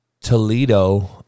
Toledo